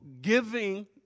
giving